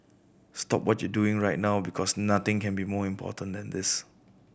stop what you doing right now because nothing can be more important than this